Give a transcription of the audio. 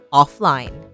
offline